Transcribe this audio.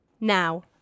now